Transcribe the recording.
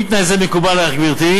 אם תנאי זה מקובל על גברתי,